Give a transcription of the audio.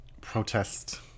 protest